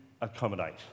accommodate